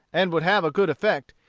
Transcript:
and would have a good effect,